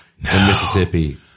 Mississippi